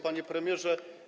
Panie Premierze!